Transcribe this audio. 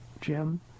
Jim